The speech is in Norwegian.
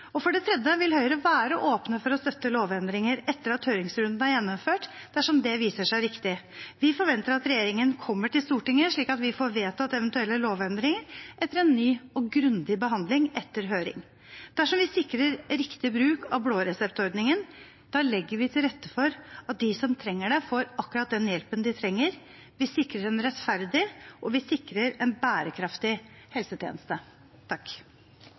For det tredje vil Høyre være åpne for å støtte lovendringer etter at høringsrunden er gjennomført, dersom det viser seg riktig. Vi forventer at regjeringen kommer til Stortinget, slik at vi får vedtatt eventuelle lovendringer etter en ny og grundig behandling etter høring. Dersom vi sikrer riktig bruk av blåreseptordningen, legger vi til rette for at de som trenger det, får akkurat den hjelpen de trenger. Vi sikrer en rettferdig og en bærekraftig helsetjeneste.